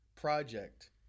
project